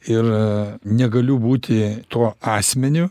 ir negaliu būti tuo asmeniu